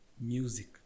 music